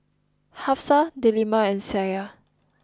Hafsa Delima and Syah